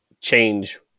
change